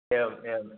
एवम् एवम्